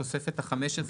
תוספת החמש עשרה.